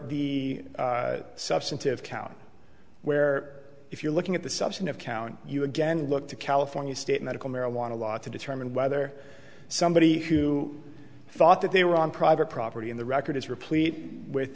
the substantive count where if you're looking at the substantive count you again look to california state medical marijuana law to determine whether somebody to thought that they were on private property and the record is replete with